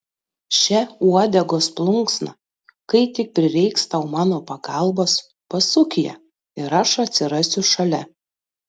še uodegos plunksną kai tik prireiks tau mano pagalbos pasuk ją ir aš atsirasiu šalia